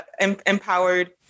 empowered